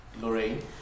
Lorraine